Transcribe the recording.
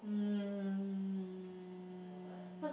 um